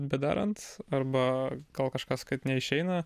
bedarant arba gal kažkas kad neišeina